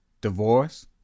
Divorce